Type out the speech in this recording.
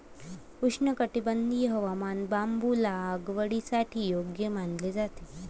उष्णकटिबंधीय हवामान बांबू लागवडीसाठी योग्य मानले जाते